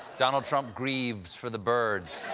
donald trump grieves for the birds.